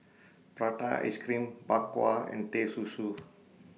Prata Ice Cream Bak Kwa and Teh Susu